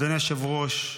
אדוני היושב-ראש,